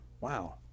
wow